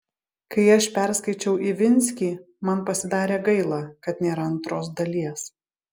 kai aš perskaičiau ivinskį man pasidarė gaila kad nėra antros dalies